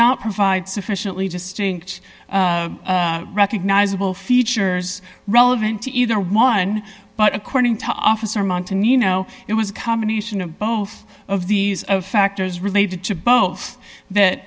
not provide sufficiently distinct recognizable features relevant to either one but according to officer mountain you know it was a combination of both of these factors related to both